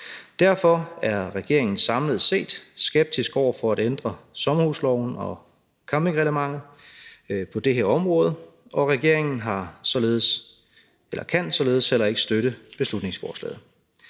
Derfor er regeringen samlet set skeptisk over for at ændre sommerhusloven og campingreglementet på det her område, og regeringen kan således heller ikke støtte beslutningsforslaget.